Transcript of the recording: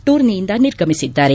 ಟೂರ್ನಿನಿಂದ ನಿರ್ಗಮಿಸಿದ್ದಾರೆ